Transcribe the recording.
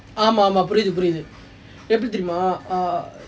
ஆமாம் ஆமாம் புரியுது புரியுது எப்படி தெரியுமா:aamaam aamaam puriyuthu puriyuhu eppadi theriyumaa